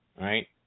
right